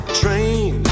train